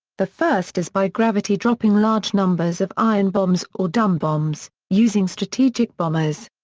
the first is by gravity-dropping large numbers of iron bombs or dumb bombs, using strategic bombers.